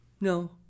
No